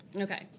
Okay